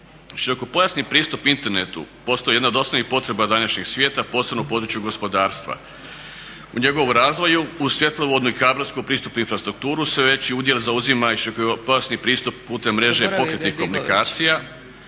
Širokopojasni pristup internetu, postoji jedna od osnovnih potreba današnjeg svijeta posebno u području gospodarstva. U njegovu razvoju u svjetlovodnoj kablovskoj pristupnoj infrastrukturi sve veći udjel zauzima i širokopojasni pristup putem mreže pokretnih komunikacija